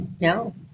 No